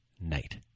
night